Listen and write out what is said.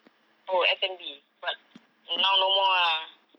oh F&B but now no more ah